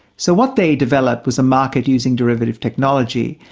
so what they developed was a market using derivative technology,